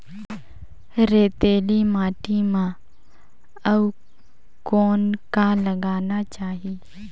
रेतीली माटी म अउ कौन का लगाना चाही?